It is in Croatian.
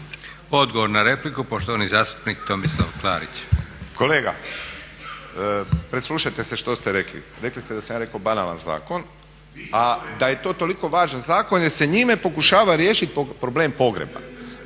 Odgovor na repliku, poštovani zastupnik Tomislav Klarić. **Klarić, Tomislav (HDZ)** Kolega, preslušajte se što ste rekli. Rekli ste da sam ja rekao banalan zakon, a da je to toliko važan zakon jer se njime pokušava riješit problem pogreba.